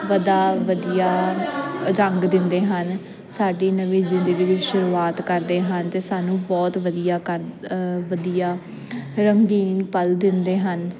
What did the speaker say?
ਵਧਾ ਵਧੀਆ ਰੰਗ ਦਿੰਦੇ ਹਨ ਸਾਡੀ ਨਵੀਂ ਜ਼ਿੰਦਗੀ ਦੀ ਸ਼ੁਰੂਆਤ ਕਰਦੇ ਹਨ ਅਤੇ ਸਾਨੂੰ ਬਹੁਤ ਵਧੀਆ ਕਰ ਵਧੀਆ ਰੰਗੀਨ ਪਲ ਦਿੰਦੇ ਹਨ